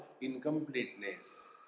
incompleteness